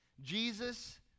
Jesus